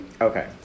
Okay